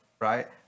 right